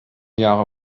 jahre